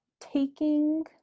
taking